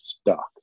stuck